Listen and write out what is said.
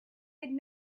had